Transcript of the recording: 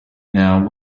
now